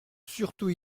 surtout